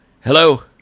Hello